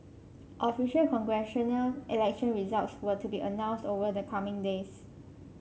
official congressional election results were to be announced over the coming days